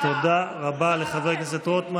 אתה ביזית את הנשיא ואת מוסד הנשיאות.